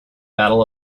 battle